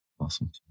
awesome